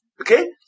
Okay